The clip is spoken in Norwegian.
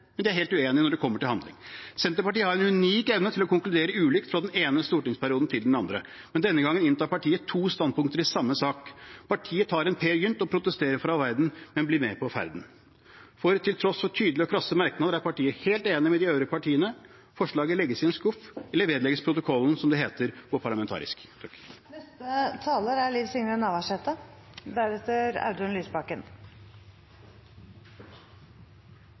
men de er helt uenige når det kommer til handling. Senterpartiet har en unik evne til å konkludere ulikt fra den ene stortingsperioden til den andre, men denne gangen inntar partiet to standpunkt i samme sak. Partiet tar en Peer Gynt og protesterer for all verden, men blir med på ferden. Til tross for tydelige og krasse merknader er partiet helt enig med de øvrige partiene – forslaget legges i en skuff, eller vedlegges protokollen, som det heter på parlamentarisk.